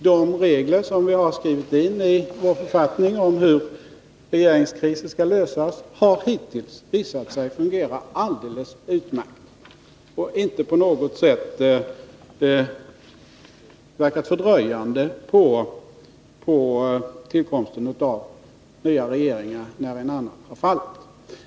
De regler som vi har skrivit in i vår författning om hur regeringskriser skall lösas har alltså hittills visat sig fungera alldeles utmärkt och inte på något sätt verkat fördröjande på tillkomsten av en ny regering när en tidigare har fallit.